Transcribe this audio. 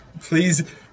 Please